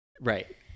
Right